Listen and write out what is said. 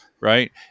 right